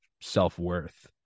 self-worth